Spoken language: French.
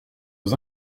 aux